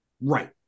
Right